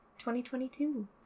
2022